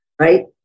right